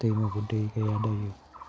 दैमाफ्राव दै गैया दायो